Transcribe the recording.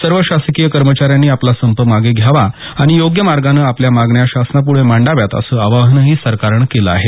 सर्व शासकीय कर्मचाऱ्यांनी आपला संप मागे घ्यावा आणि योग्य मार्गाने आपल्या मागण्या शासनापुढे मांडाव्यात असं आवाहनही सरकारन केलं आहे